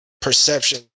perception